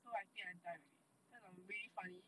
so I say I die already because I am really funny